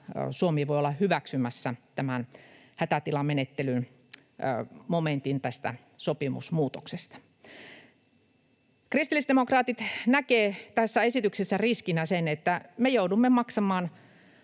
Suomi voi olla hyväksymässä tämän hätätilamenettelyn momentin tästä sopimusmuutoksesta. Kristillisdemokraatit näkevät tässä esityksessä riskinä sen, että me joudumme maksamaan